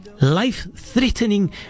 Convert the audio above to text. life-threatening